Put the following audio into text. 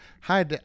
hi